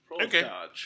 okay